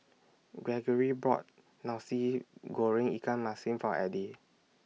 Greggory bought Nasi Goreng Ikan Masin For Eddie